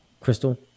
Crystal